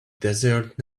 desert